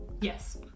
Yes